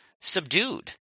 subdued